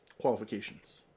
qualifications